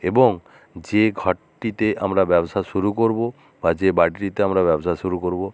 এবং যে ঘরটিতে আমরা ব্যবসা শুরু করবো বা যে বাড়িটিতে আমরা ব্যবসা শুরু করবো